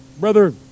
Brother